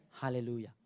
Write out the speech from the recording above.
Hallelujah